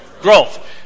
Growth